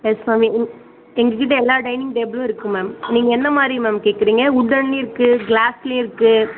S ma'am எங்கள் கிட்டே எல்லா டைனிங் டேபிளும் இருக்குது மேம் நீங்கள் என்ன மாதிரி மேம் கேட்குறீங்க உட்டன்லேயும் இருக்குது க்ளாஸ்லேயும் இருக்குது